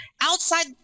outside